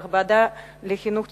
בוועדת החינוך,